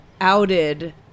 outed